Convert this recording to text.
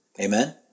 Amen